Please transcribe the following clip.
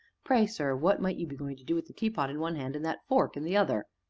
pray, sir what might you be going to do with the teapot in one hand, and that fork in the other?